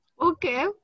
Okay